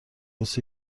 کوس